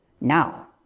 Now